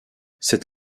c’est